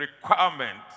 requirement